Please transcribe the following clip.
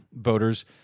voters